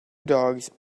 dogs